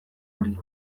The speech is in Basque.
hori